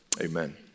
amen